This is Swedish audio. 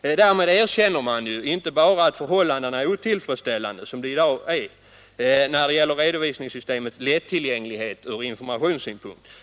Därmed erkänner man ju inte bara att förhållandena är otillfreds ställande som de är i dag när det gäller redovisningssystemets lättillgänglighet från informationssynpunkt.